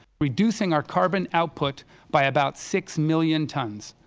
reducing our carbon output by about six million tons.